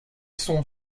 sont